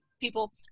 people